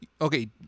okay